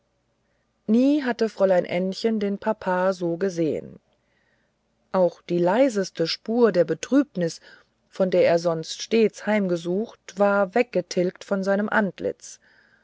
nie hatte fräulein ännchen den papa so gesehen auch die leiseste spur der betrübnis von der er sonst stets heimgesucht war weggetilgt von seinem antlitz